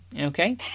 Okay